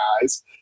guys